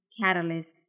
catalyst